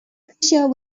fissure